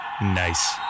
Nice